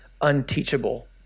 unteachable